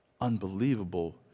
Unbelievable